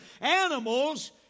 Animals